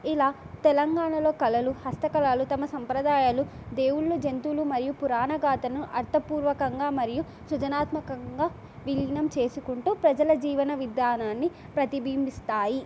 ఇలా తెలంగాణలో కళలు హస్తకళలు తమ సంప్రదాయాలు దేవుళ్ళు జంతువులు మరియు పురాణగాధలను అర్థపూర్వకంగా మరియు సృజనాత్మకంగా విలీనం చేసుకుంటూ ప్రజల జీవన విధానాన్ని ప్రతిభింబిస్తాయి